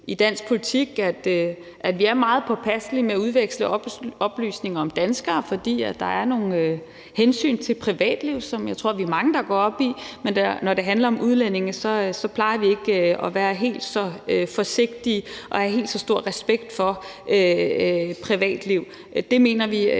i dansk politik til, at vi er meget påpasselige med at udveksle oplysninger om danskere, fordi der er nogle hensyn til privatliv, som jeg tror vi er mange der går op i. Men når det handler om udlændinge, plejer vi ikke at være helt så forsigtige og have helt så stor respekt for privatliv. Det mener vi